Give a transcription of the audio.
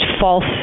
false